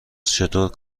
چطور